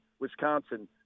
Wisconsin